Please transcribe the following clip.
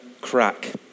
crack